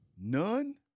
None